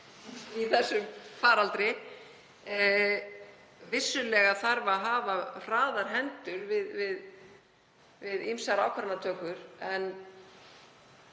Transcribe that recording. í þessum faraldri. Vissulega þarf að hafa hraðar hendur við ýmsar ákvarðanatökur.